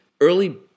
early